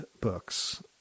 books